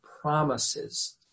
promises